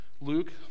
Luke